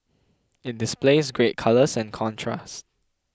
it displays great colours and contrast